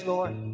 Lord